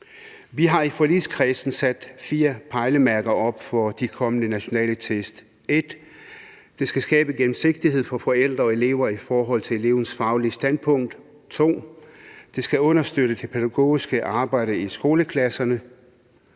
Vi har i forligskredsen sat fire pejlemærker op for de kommende nationale test: 1) Det skal skabe gennemsigtighed for forældre og elever i forhold til elevens faglige standpunkt. 2) Det skal understøtte det pædagogiske arbejde i skoleklasserne.